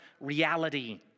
reality